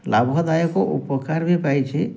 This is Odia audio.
ଲାଭଦାୟକ ଉପକାର ବି ପାଇଛି